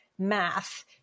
math